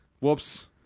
whoops